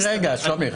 רק רגע, שלומי.